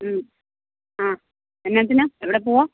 മ്മ് ആ എന്നാത്തിനാണ് എവിടെ പോകുവ